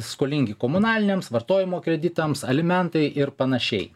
skolingi komunaliniams vartojimo kreditams alimentai ir panašiai